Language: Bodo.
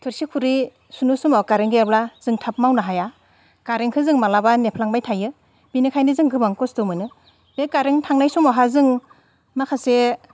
थुरसि खुरै सुनो समाव खरें गैयाब्ला जों थाब मावनो हाया कारेन्टखो जों माब्लाबा नेफ्लांबाय थायो बिनिखायनो जों गोबां खस्थ' मोनो बे कारेन्ट थांनाय समावहा जों माखासे